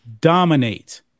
Dominate